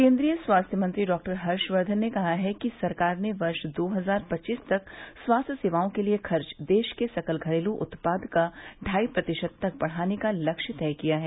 केन्द्रीय स्वास्थ्य मंत्री डॉक्टर हर्षक्धन ने कहा कि सरकार ने वर्ष दो हजार पच्चीस तक स्वास्थ्य सेवाओं के लिए खर्च देश के सकल घरेलू उत्पाद का ढाई प्रतिशत तक बढाने का लक्ष्य तय किया है